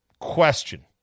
Question